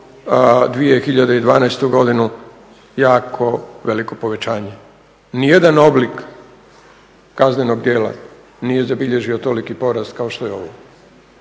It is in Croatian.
2012. je jako veliko povećanje. Nijedan oblik kaznenog djela nije zabilježio toliki porast kao što je ovaj.